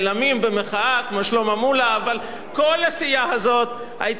אבל כל הסיעה הזאת היתה מתייצבת כאן בשבוע שעבר